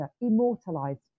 immortalized